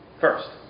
first